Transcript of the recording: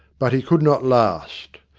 but he could not last.